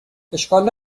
اشکال